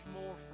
more